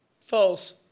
False